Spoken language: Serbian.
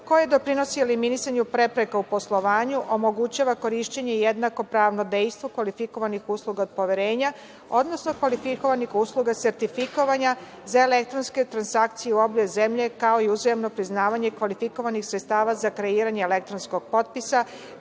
koje doprinosi eliminisanju prepreka u poslovanju, omogućava korišćenje i jednako pravno dejstvo kvalifikovanih usluga od poverenja, odnosno kvalifikovanih usluga sertifikovanja za elektronske transakcije u obe zemlje, kao i uzajamno priznavanje kvalifikovanih sredstava za kreiranje elektronskog potpisa,